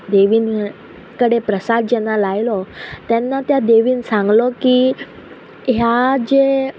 देवीन कडेन प्रसाद जेन्ना लायलो तेन्ना त्या देवीन सांगलो की ह्या जे